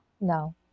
No